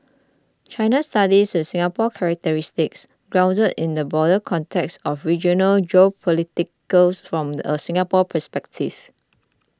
China studies with Singapore characteristics grounded in the broader context of regional geopolitics from a Singapore perspective